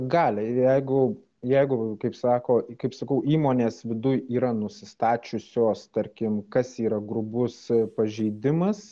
gali ir jeigu jeigu kaip sako kaip sakau įmonės viduj yra nusistačiusios tarkim kas yra grubus pažeidimas